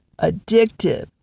addictive